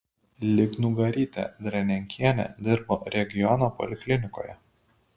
lygnugarytė dranenkienė dirbo regiono poliklinikoje